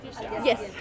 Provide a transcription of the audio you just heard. Yes